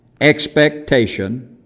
expectation